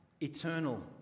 eternal